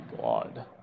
god